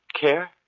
care